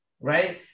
right